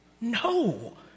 No